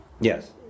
Yes